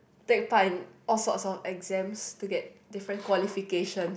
take part in a lots a lots of exams to get different qualification